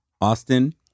Austin